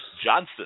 Johnson